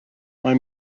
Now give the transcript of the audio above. mae